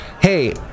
hey